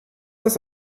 das